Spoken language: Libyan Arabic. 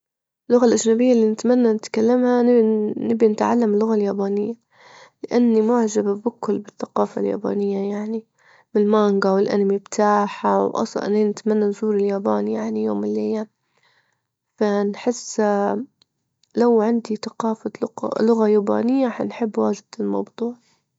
اللغة الأجنبية اللي نتمنى نتكلمها نبي- نبي نتعلم اللغة اليابانية، لأني معجبة جدا بالثقافة اليابانية يعني، بالمانجة والأنمي بتاعها، وأصلا إني نتمنى نزور اليابان يعني يوم من الأيام، فنحس لو عندي ثقافة لق- لغة يابانية حنحب واجد الموضوع.